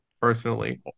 personally